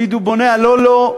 מלהיות "דובוני לאלא"